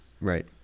right